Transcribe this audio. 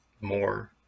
more